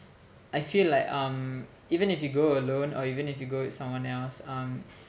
I feel like um even if you go alone or even if you go with someone else um